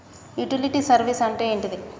Utility service అంటే ఏంటిది?